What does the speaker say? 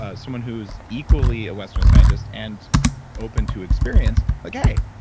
ah someone who's equally a western scientist and open to experience, like hey,